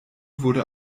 wurde